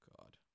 God